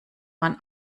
man